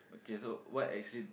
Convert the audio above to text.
K so what actually